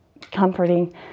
comforting